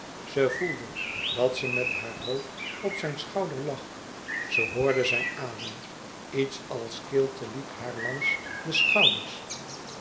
ze voelde dat ze met haar hoofd op zijn schouder lag ze hoorde zijn adem iets als kilte liep haar langs de schouders